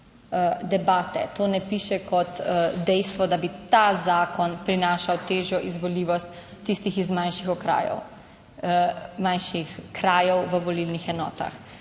to ne piše kot dejstvo, da bi ta zakon prinašal težjo izvoljivost tistih iz manjših okrajev, manjših krajev v volilnih enotah.